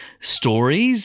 stories